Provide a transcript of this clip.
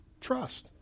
trust